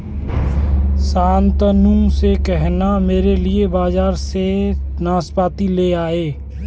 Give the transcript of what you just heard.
शांतनु से कहना मेरे लिए बाजार से नाशपाती ले आए